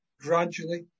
gradually